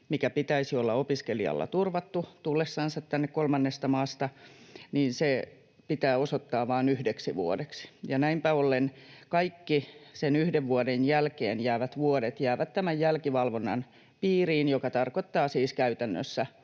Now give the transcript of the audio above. minkä pitäisi olla opiskelijalla turvattu hänen tullessansa tänne kolmannesta maasta, pitää osoittaa vain yhdeksi vuodeksi. Näinpä ollen kaikki sen yhden vuoden jälkeen jäävät vuodet jäävät tämän jälkivalvonnan piiriin, joka tarkoittaa siis käytännössä,